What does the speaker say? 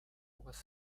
was